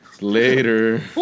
Later